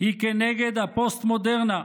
היא כנגד הפוסט-מודרנה.